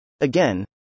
Again